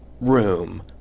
room